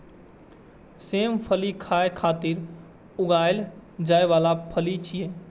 सेम फली खाय खातिर उगाएल जाइ बला फली छियै